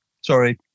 Sorry